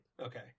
Okay